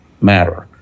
matter